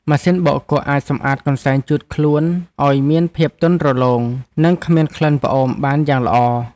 ម៉ាស៊ីនបោកគក់អាចសម្អាតកន្សែងជូតខ្លួនឱ្យមានភាពទន់រលោង និងគ្មានក្លិនផ្អូមបានយ៉ាងល្អ។